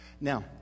Now